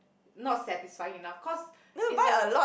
not satisfying enough cause is a